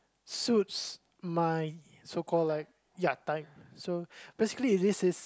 suits my so called like ya time so basically if this is